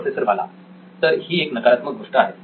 professor Bala तर ही एक नकारात्मक गोष्ट आहे